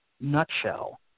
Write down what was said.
nutshell